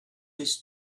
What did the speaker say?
this